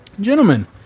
Gentlemen